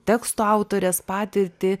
tekstų autorės patirtį